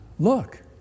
Look